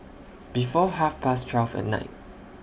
before Half Past twelve At Night